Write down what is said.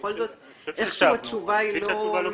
בכל זאת איכשהו התשובה היא לא מספקת.